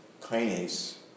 kinase